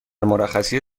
مرخصی